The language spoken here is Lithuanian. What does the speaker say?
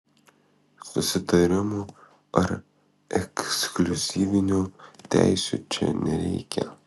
susitarimų ar ekskliuzyvinių teisių čia nereikia